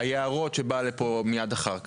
היערות, שבאה לפה מיד אחר כך.